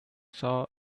saw